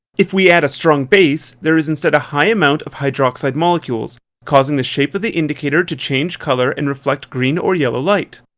if we add a strong base there is instead a high amount of hydroxide molecules causing the shape the indicator to change colour and reflect green or yellow light.